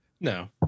No